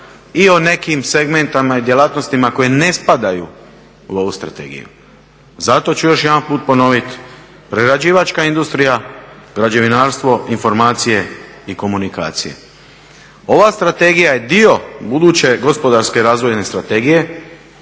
i o nekim segmentima i djelatnostima koje ne spadaju u ovu strategiju. Zato ću još jedanput ponoviti, prerađivačka industrija, građevinarstvo, informacije i komunikacije. Ova strategija je dio buduće gospodarske razvojne strategije,